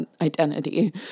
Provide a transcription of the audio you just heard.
identity